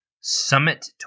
Summit